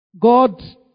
God